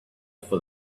for